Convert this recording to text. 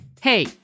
Hey